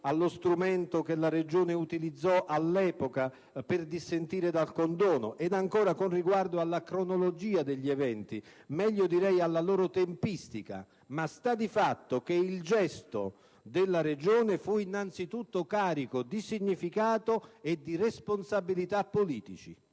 allo strumento che la Regione utilizzò all'epoca per dissentire dal condono, ed ancora con riguardo alla cronologia degli eventi, meglio direi alla loro tempistica; sta di fatto però che il gesto della Regione fu innanzi tutto carico di significato e di responsabilità politici.